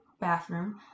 bathroom